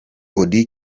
auddy